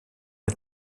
est